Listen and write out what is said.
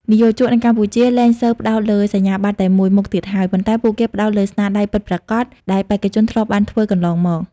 និយោជកនៅកម្ពុជាលែងសូវផ្ដោតលើសញ្ញាបត្រតែមួយមុខទៀតហើយ ប៉ុន្តែពួកគេផ្ដោតលើស្នាដៃពិតប្រាកដ ដែលបេក្ខជនធ្លាប់បានធ្វើកន្លងមក។